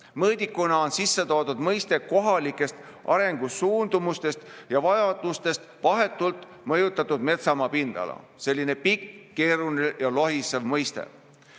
Mõõdikuna on sisse toodud kohalikest arengusuundumustest ja vajadustest vahetult mõjutatud metsamaa pindala. Selline pikk, keeruline ja lohisev mõiste.